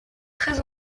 très